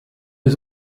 was